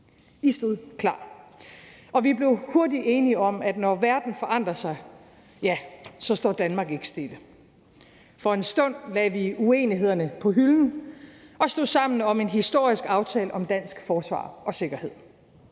I stod klar, og vi blev hurtigt enige om, at når verden forandrer sig, står Danmark ikke stille. For en stund lagde vi uenighederne på hylden og stod sammen om en historisk aftale om dansk forsvar og sikkerhed.